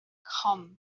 come